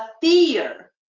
fear